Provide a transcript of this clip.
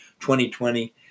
2020